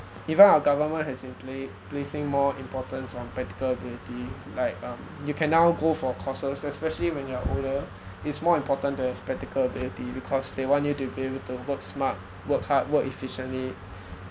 even our government has been pla~ placing more importance on practical ability like um you can now go for courses especially when you are older it's more important to have practical ability because they want you to be able to work smart work hard work efficiently